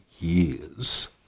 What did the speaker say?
years